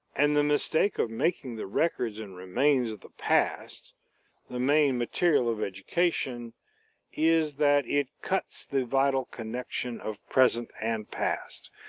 and the mistake of making the records and remains of the past the main material of education is that it cuts the vital connection of present and past,